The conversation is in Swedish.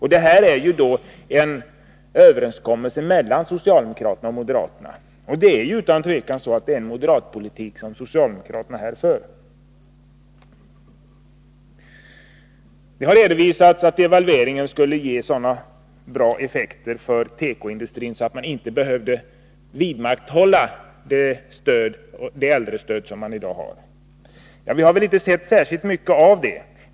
Det finns en överenskommelse mellan socialdemokraterna och moderaterna. Utan tvekan för socialdemokraterna här moderat politik. Det har redovisats att devalveringen skulle ge så bra effekter för tekoindustrin att man inte behövde vidmakthålla det äldrestöd som man i dag har. Ja, vi har väl inte sett särskilt mycket av det.